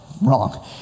Wrong